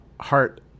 heart